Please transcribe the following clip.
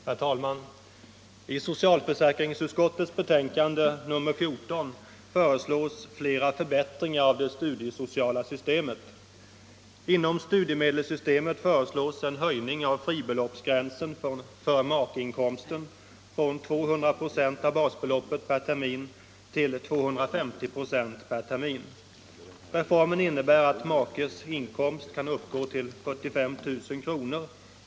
Herr talman! I socialförsäkringsutskottets betänkande nr 14 föreslås flera förbättringar av det studiesociala systemet. Inom studiemedelssystemet föreslås en höjning av fribeloppsgränsen för makeinkomsten från 200 96 av basbeloppet per termin till 250 96 per termin. Reformen innebär att makes inkomst kan uppgå till 45 000 kr.